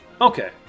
Okay